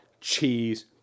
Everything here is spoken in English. cheese